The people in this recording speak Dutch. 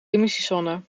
emissiezone